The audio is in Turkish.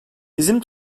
bizim